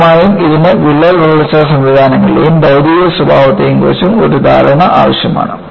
വ്യക്തമായും ഇതിന് വിള്ളൽ വളർച്ചാ സംവിധാനങ്ങളെയും ഭൌതിക സ്വഭാവത്തെയും കുറിച്ചും ഒരു ധാരണ ആവശ്യമാണ്